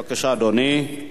בבקשה, אדוני.